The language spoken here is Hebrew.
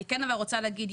אני כן רוצה להגיד,